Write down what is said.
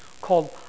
called